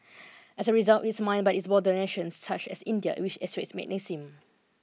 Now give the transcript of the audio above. as a result it's mined by its border nations such as India which extracts magnesium